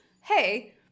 hey